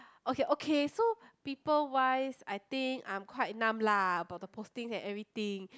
okay okay so people wise I think I'm quite numb lah about the posting and everything